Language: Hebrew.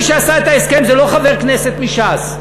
מי שעשה את ההסכם זה לא חבר כנסת מש"ס.